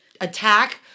Attack